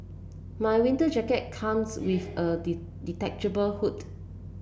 my winter jacket comes with a detachable hood